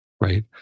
right